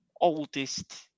oldest